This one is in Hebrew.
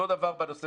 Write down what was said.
אותו דבר בנושא